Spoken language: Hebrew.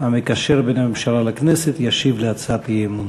המקשר בין הממשלה לכנסת, ישיב על הצעת האי-אמון.